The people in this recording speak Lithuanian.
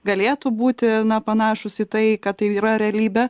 galėtų būti na panašūs į tai kad tai yra realybė